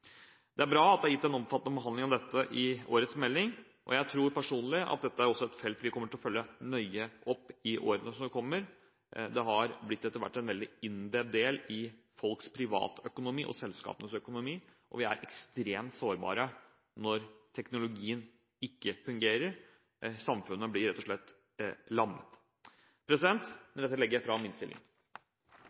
Det er bra at det er gitt en omfattende behandling av dette i årets melding, og jeg tror personlig at dette også er et felt vi kommer til å følge nøye opp i årene som kommer. Det har etter vært blitt en veldig innvevd del i folks privatøkonomi og selskapenes økonomi, og vi er ekstremt sårbare når teknologien ikke fungerer. Samfunnet blir rett og slett lammet. Med dette legger jeg fram